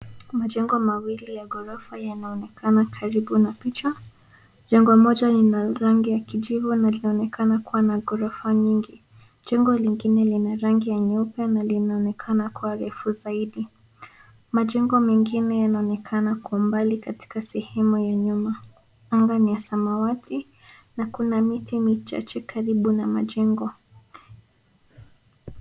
Majengo mawili ya ghorofa yanaonekana karibu na picha. Jengo moja lina rangi ya kijivu na linaonekana kuwa na ghorofa nyingi, jengo lingine lina rangi ya nyeupe na linaonekana kuwa refu zaidi. Majengo mengine yanaonekana kwa umbali katika sehemu ya nyuma. Anga ni ya samawati na kuna miti michache karibu na majengo.